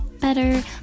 better